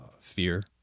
fear